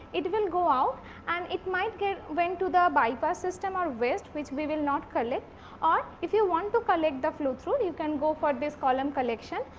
it will and go out and it might get went to the bypass system or waste which we will not collect or if you want to collect the flow through you can go for this column collection,